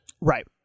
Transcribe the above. Right